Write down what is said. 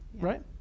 right